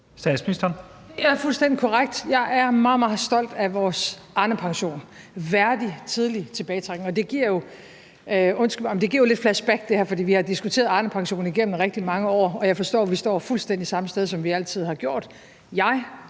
Det er fuldstændig korrekt. Jeg er meget, meget stolt af vores Arnepension – værdig tidlig tilbagetrækning. Det her giver jo, undskyld mig, lidt flashback, for vi har diskuteret Arnepensionen igennem rigtig mange år, og jeg forstår, at vi står fuldstændig samme sted, som vi altid har gjort.